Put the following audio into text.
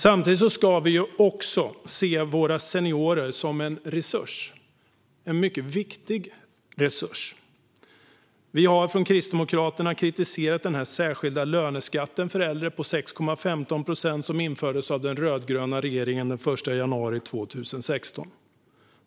Samtidigt ska vi se våra seniorer som en resurs - en mycket viktig resurs. Vi har från Kristdemokraternas sida kritiserat den särskilda löneskatt för äldre på 6,15 procent som infördes av den rödgröna regeringen den 1 januari 2016.